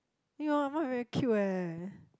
!aiyo! your mum very cute eh